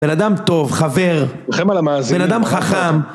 בן אדם טוב, חבר, רחם על המאזין, בן אדם חכם